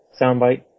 soundbite